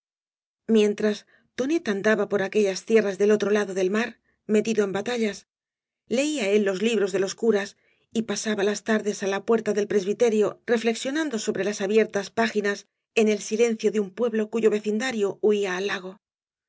mientras tonet andaba por aquellas tierras del otro lado del mar metido en batallas leía él los libros de los curas y pasaba las tardes á la puerta del presbiterio refiexionando sobre las abiertas páginas en el silencio de un pueblo cuyo vecindario huía al lago